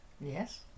Yes